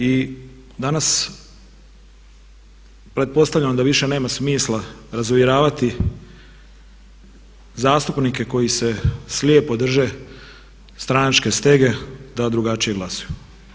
I danas pretpostavljam da više nema smisla razuvjeravati zastupnike koji se slijepo drže stranačke stege da drugačije glasuju.